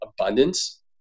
abundance